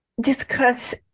discuss